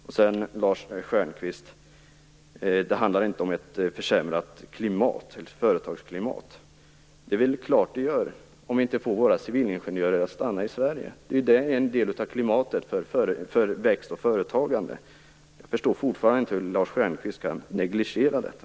Lars Stjernkvist säger att det inte handlar om ett försämrat företagsklimat. Men det är väl klart att det gör det om vi inte får våra civilingenjörer att stanna i Sverige. Det är ju en del av klimatet för växt och företagande. Jag förstår fortfarande inte hur Lars Stjernkvist kan negligera detta.